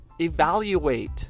Evaluate